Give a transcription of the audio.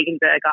burger